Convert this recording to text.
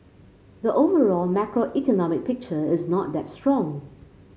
the overall macroeconomic picture is not that strong